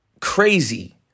crazy